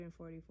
144